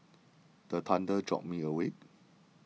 the thunder jolt me awake